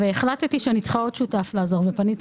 החלטתי שאני צריכה עוד שותף שיעזור ופניתי